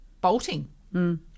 bolting